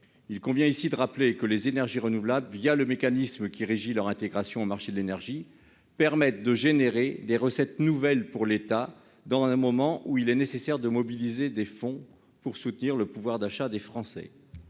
Il convient ici de le rappeler, les énergies renouvelables, le mécanisme qui régit leur intégration au marché de l'énergie, permettent de générer des recettes nouvelles pour l'État à un moment où il est nécessaire de mobiliser des fonds pour soutenir le pouvoir d'achat des Français.